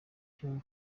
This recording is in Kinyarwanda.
cyo